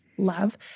love